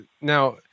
Now